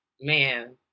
man